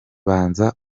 banza